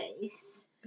face